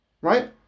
Right